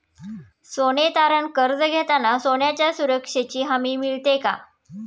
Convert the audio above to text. सोने तारण कर्ज घेताना सोन्याच्या सुरक्षेची हमी मिळते का?